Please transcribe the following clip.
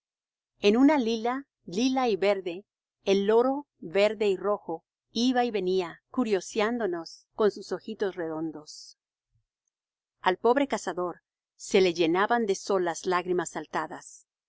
en una lila lila y verde el loro verde y rojo iba y venía curioseándonos con sus ojitos redondos al pobre cazador se le llenaban de sol las lágrimas saltadas